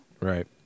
Right